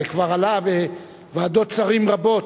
כבר עלה בוועדות שרים רבות,